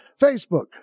Facebook